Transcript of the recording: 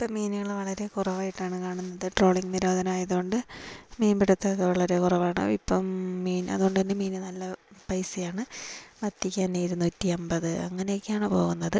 ഇപ്പം മീനുകൾ വളരെ കുറവായിട്ടാണ് കാണുന്നത് ട്രോളിങ്ങ് നിരോധനം ആയതുകൊണ്ട് മീൻപിടിത്തമൊക്കെ വളരെ കുറവാണ് ഇപ്പം മീൻ അതുകൊണ്ടുതന്നെ മീനിന് നല്ല പൈസയാണ് മത്തിക്കുതന്നെ ഇരുന്നൂറ്റി അമ്പത് അങ്ങനെയൊക്കെയാണ് പോകുന്നത്